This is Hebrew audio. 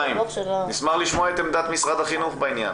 חיים, נשמח לשמוע את עמדת משרד החינוך בעניין.